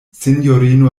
sinjorino